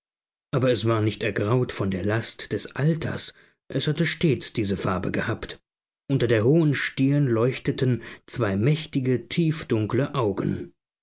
aber es war nicht ergraut von der last des alters es hatte stets diese farbe gehabt unter der hohen stirn leuchteten zwei mächtige tiefdunkle augen